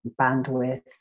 bandwidth